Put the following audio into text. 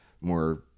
more